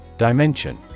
Dimension